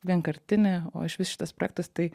vienkartinė o išvis šitas projektas tai